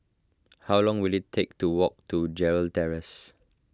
how long will it take to walk to Gerald Terrace